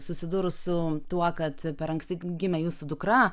susidūrus su tuo kad per anksti gimė jūsų dukra